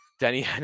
Denny